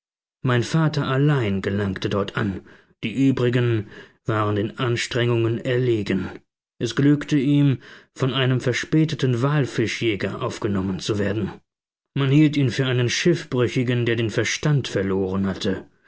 mein vater allein gelangte dort an die übrigen waren den anstrengungen erlegen es glückte ihm von einem verspäteten walfischjäger aufgenommen zu werden man hielt ihn für einen schiffbrüchigen der den verstand verloren hatte